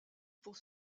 pour